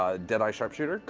ah dead-eye sharpshooter.